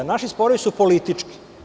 Naši sporovi su politički.